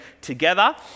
together